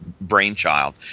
brainchild